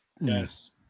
Yes